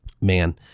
man